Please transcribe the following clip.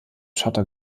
schotter